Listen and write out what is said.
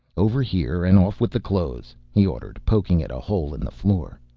over here and off with the clothes, he ordered, poking at a hole in the floor.